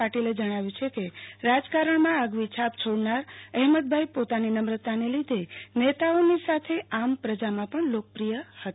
પાટીલે જણાવ્યું છે કે રાજકારણમાં આગવી છાપ છોડનાર અહેમદભાદઈ પોતાની નશ્રતાને લીધે નેતાઓની સાથે આમ પ્રજામાં પણ લોકપ્રિય હતા